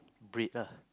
bread ah